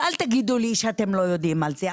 ואל תגידו לי שאתם לא יודעים על זה.